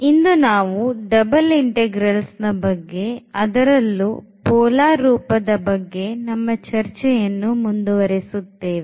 ಇಂದು ನಾವು double integralsನ ಬಗ್ಗೆ ಅದರಲ್ಲೂ polar ರೂಪದ ಬಗ್ಗೆ ನಮ್ಮ ಚರ್ಚೆಯನ್ನು ಮುಂದುವರಿಸುತ್ತೇವೆ